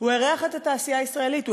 את התעשייה הישראלית.